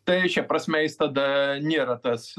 tai šia prasme jis tada nėra tas